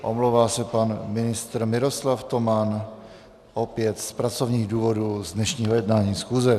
Omlouvá se pan ministr Miroslav Toman opět z pracovních důvodů z dnešního jednání schůze.